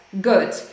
good